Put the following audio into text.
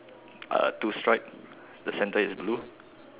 uh two stripe the centre is blue